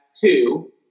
two